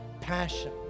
passion